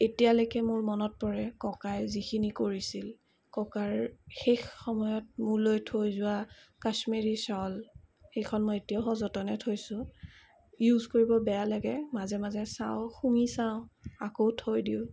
এতিয়ালকে মোৰ মনত পৰে ককাই যিখিনি কৰিছিল ককাৰ শেষ সময়ত মোলৈ থৈ যোৱা কাশ্মিৰী শ্বল সেইখন মই এতিয়াও সযতনে থৈছোঁ ইউজ কৰিব বেয়া লাগে মাজে মাজে চাওঁ শুঙি চাওঁ আকৌ থৈ দিওঁ